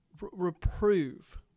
reprove